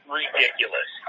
ridiculous